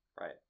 right